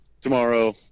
tomorrow